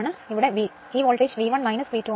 അതിനാൽ ഈ voltage V1 V2 ആണ്